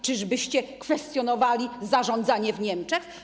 Czyżbyście kwestionowali zarządzanie w Niemczech?